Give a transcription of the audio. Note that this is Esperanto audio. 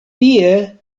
tie